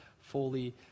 fully